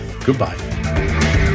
goodbye